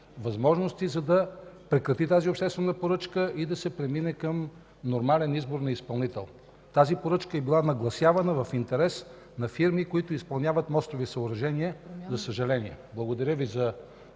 механизми, за да прекрати тази обществена поръчка и да се премине към нормален избор на изпълнител. Тази поръчка е била нагласявана в интерес на фирми, които изпълняват мостови съоръжения, за съжаление. Благодаря Ви за